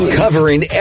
covering